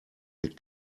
mit